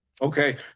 okay